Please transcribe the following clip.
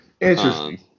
Interesting